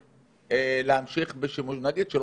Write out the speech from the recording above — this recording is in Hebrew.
נגיד,